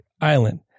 island